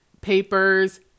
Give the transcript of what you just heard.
papers